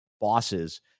bosses